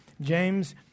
James